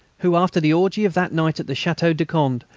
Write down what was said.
who, after the orgy of that night at the chateau de conde,